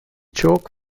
chalk